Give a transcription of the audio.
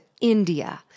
India